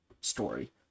story